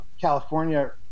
California